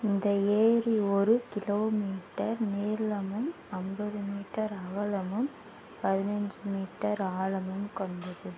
இந்த ஏரி ஒரு கிலோமீட்டர் நீளமும் ஐம்பது மீட்டர் அகலமும் பதினைஞ்சு மீட்டர் ஆழமும் கொண்டது